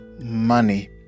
money